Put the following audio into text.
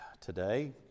today